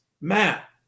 Matt